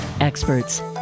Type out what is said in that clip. experts